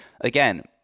again